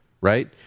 Right